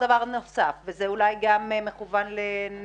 אני רוצה לומר דבר נוסף וזה אולי גם מכוון לניאונטולוגים.